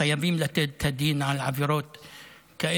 חייבים לתת את הדין על עבירות כאלה,